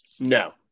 No